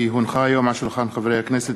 כי הונחה היום על שולחן הכנסת,